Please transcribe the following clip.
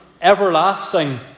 everlasting